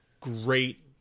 great